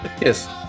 yes